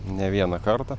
ne vieną kartą